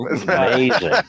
Amazing